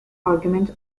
arguments